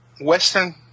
Western